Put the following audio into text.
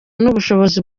n’ubushobozi